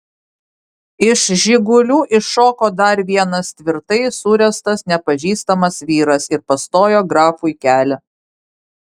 iš žigulių iššoko dar vienas tvirtai suręstas nepažįstamas vyras ir pastojo grafui kelią